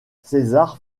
césar